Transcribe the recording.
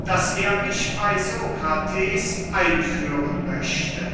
daß er mich bey sokrates einführen möchte